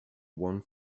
one